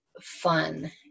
fun